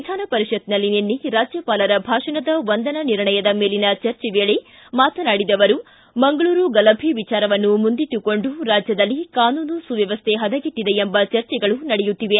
ವಿಧಾನಪರಿಷತ್ನಲ್ಲಿ ನಿನ್ನೆ ರಾಜ್ಯಪಾಲರ ಭಾಷಣದ ವಂದನಾ ನಿರ್ಣಯದ ಮೇಲಿನ ಚರ್ಚೆ ವೇಳೆ ಮಾತನಾಡಿದ ಅವರು ಮಂಗಳೂರು ಗಲಭೆ ವಿಚಾರವನ್ನು ಮುಂದಿಟ್ಟುಕೊಂಡು ರಾಜ್ಯದಲ್ಲಿ ಕಾನೂನು ಸುವ್ಯವಸ್ವೆ ಪದಗೆಟ್ಟಿದೆ ಎಂಬ ಚರ್ಚೆಗಳು ನಡೆಯುತ್ತಿವೆ